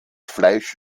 fleisch